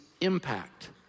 impact